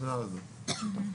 כן.